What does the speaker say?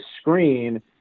screen